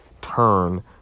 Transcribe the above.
turn